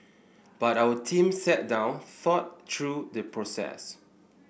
but our team sat down thought through the process